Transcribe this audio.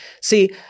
see